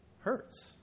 hurts